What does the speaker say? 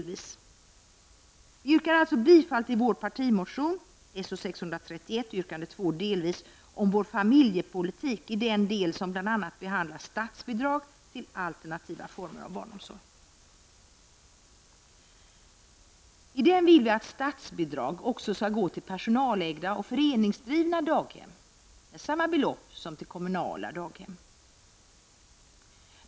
Vi yrkar alltså bifall till miljöpartimotionen So631 yrkande 2, delvis, om vår familjepolitik i den del som bl.a. behandlar statsbidrag till alternativa former av barnomsorg. I den motionen vill vi att statsbidrag också skall utgå till personalägda och föreningsdrivna daghem med samma belopp som till kommunala daghem.